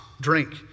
drink